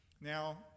Now